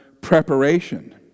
preparation